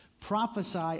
prophesy